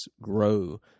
grow